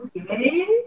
Okay